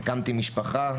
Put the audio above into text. הקמתי משפחה,